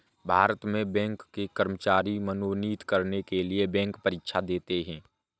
भारत में बैंक के कर्मचारी मनोनीत करने के लिए बैंक परीक्षा होती है